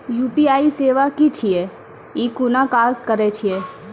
UPI सेवा की छियै? ई कूना काज करै छै?